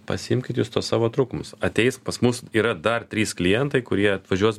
pasiimkit jūs tuos savo trūkumus ateis pas mus yra dar trys klientai kurie atvažiuos